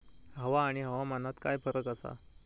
हवा आणि हवामानात काय फरक असा?